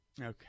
okay